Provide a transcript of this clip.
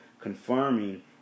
confirming